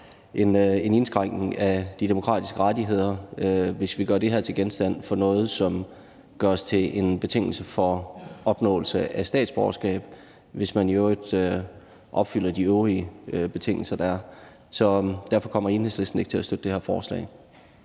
en indskrænkning af de demokratiske rettigheder, hvis vi gør det her til genstand for noget, som gøres til en betingelse for opnåelse af statsborgerskab, hvis man i øvrigt opfylder de øvrige betingelser, der er. Så derfor kommer Enhedslisten ikke til at støtte det her forslag.